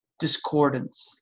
discordance